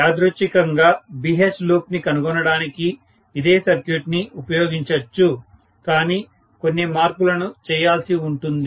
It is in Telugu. యాదృచ్ఛికంగా BH లూప్ ని కనుగొనడానికి ఇదే సర్క్యూట్ ని ఉపయోగించొచ్చు కానీ కొన్ని మార్పులను చేయాల్సి ఉంటుంది